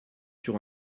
sur